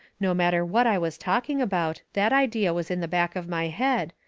no matter what i was talking about, that idea was in the back of my head,